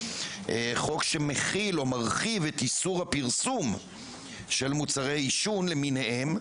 חוק שמכיל או מרחיב את איסור הפרסום של מוצרי עישון למיניהם,